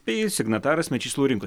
bei signataras mečys laurinkus